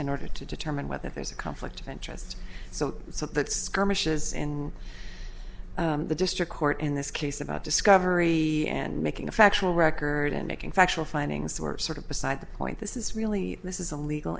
in order to determine whether there's a conflict of interest so it's a bit skirmishes in the district court in this case about discovery and making a factual record and making factual findings were sort of beside the point this is really this is a legal